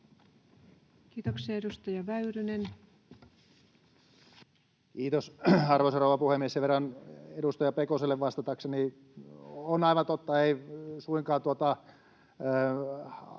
Kiitoksia. — Edustaja Väyrynen. Kiitos, arvoisa rouva puhemies! Sen verran edustaja Pekoselle vastatakseni: On aivan totta, että ei suinkaan se